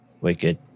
Wicked